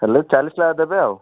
ହେଲେ ଚାଳିଶ ଲେଖାଁ ଦେବେ ଆଉ